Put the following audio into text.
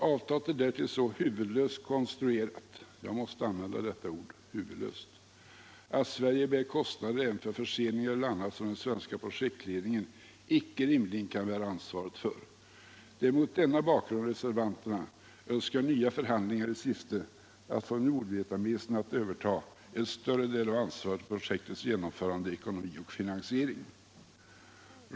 Avtalet är därtill så huvudlöst konstruerat — jag måste använda ordet huvudlöst — att Sverige bär kostnaderna även för förseningar eller annat som den svenska projektledningen icke rimligen kan bära ansvaret för. Det är mot denna bakgrund reservanterna önskar nya förhandlingar i syfte att få nordvietnameserna att överta en större del av ansvaret för projektets genomförande, ekonomi och finansiering.